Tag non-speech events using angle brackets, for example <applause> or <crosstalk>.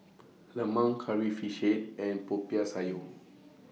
<noise> Lemang Curry Fish Head and Popiah Sayur